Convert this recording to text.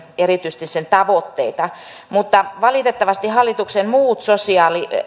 erityisesti sen tavoitteita mutta valitettavasti hallituksen muut sosiaali